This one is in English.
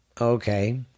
Okay